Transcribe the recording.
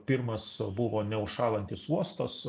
primas buvo neužšąlantis uostas